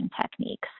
techniques